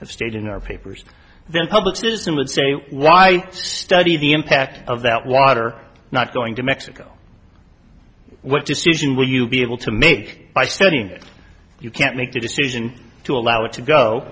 have state in our papers then public citizen would say why study the impact of that water not going to mexico what decision will you be able to make by stating that you can't make a decision to allow it to go